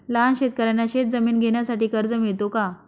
लहान शेतकऱ्यांना शेतजमीन घेण्यासाठी कर्ज मिळतो का?